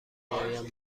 بیایم